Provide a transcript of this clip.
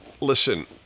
listen